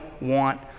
want